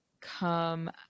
come